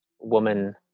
woman